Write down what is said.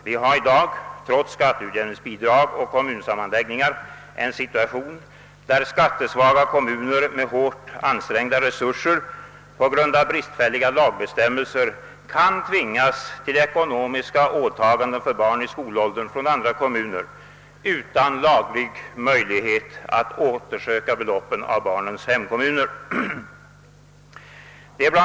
Vi har i dag, trots skatteutjämningsbidrag och kommunsammanläggningar, en «situation där skattesvaga kommuner med hårt ansträngda resurser, på grund av bristfälliga lagbestämmelser, kan tvingas till ekonomiska åtaganden för barn i skolåldern från andra kommuner utan laglig möjlighet att återsöka beloppen av barnens hemkommuner. Det är bla.